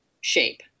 shape